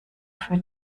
für